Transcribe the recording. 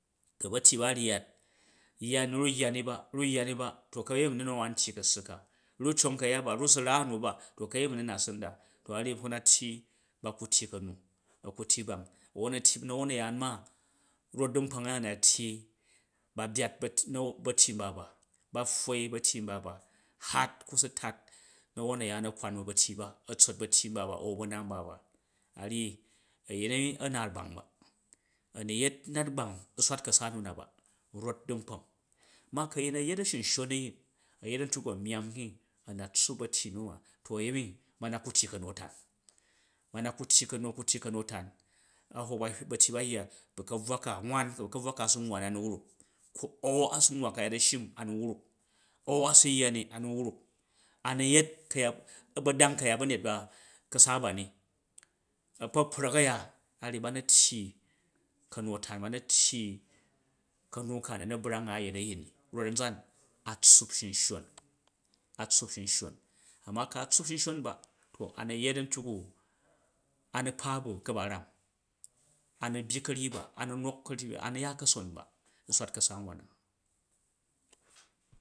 Ku ba̱tyy ba ryyat yya, ryuk yya ni ba ryyu yya n ba, to ka̱yemi na̱ wa nu nttyi ka̱ssa ka, nyu cong ka̱ya ba ryu su ra a̱nu ba to ka̱yemi na na ar su nda, to a̱ ryyi ku na tyyi ba ku tyyi ka̱nu, a ku tyyi bang a̱won, na tyi na̱won na̱yaan ma rot du̱nkpong a̱ya na tyi ba byat ba̱tyi naw ba̱fyyi nba ba, ba pfwoi ba̱tyyi nba ba hat ku su tat na̱won na̱yaan a̱ kwan bu̱ ba̱tyyi ba, a̱tsot ba̱ tyyi nba ba au ba̱na nba ba a rryi a̱yin na a naat gbang ba, a nu yet, nat gbang u swatka̱sa nu na ba rot du̱nkpong, ma ku a̱yin a̱ yet a̱shunshon a̱yin a̱yet a̱ntyak u a̱ myaam ni a̱ na̱ tsuup ba̱tgyi nuba, to a̱yemi ba na ku̱ tyyi ka̱nu atan ku tyyi ka̱nu, a ku tyyi ka̱nu-a̱tan a hwok batyyi ba yya bu̱ ka̱bvwa ka wan bu kabvwa a bu nwa ni a̱ nu wuk au a su nwwa ka̱yat a̱sshim a nu wruk, au ase yya ni a nu wruk, a na yet ka̱yat a̱gbadang ka̱yat ba̱nyet ba, ka̱sa ba ni a̱kpakprak a̱ya a̱ ryi ba na tyyi ka̱nu-a̱tan ba na tyyi ka̱nu ka a̱ nu na̱ brang a̱ yet a̱yin ni rot a̱nzan a tsuup shunshon a̱ tsuup shanshon ma ku a̱ tsaup shunson ba to a̱ nu yet a̱ntyoku, a̱ nu kpa ba̱ a̱ ka̱baram a nu byyi ka̱ryyi ba, a̱ nu nok, a̱ nu ya ka̱son ba u̱ swa̱tkasa wan na